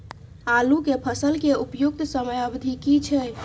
आलू के फसल के उपयुक्त समयावधि की छै?